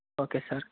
okay sir